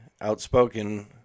outspoken